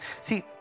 See